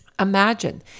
Imagine